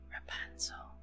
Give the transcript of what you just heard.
Rapunzel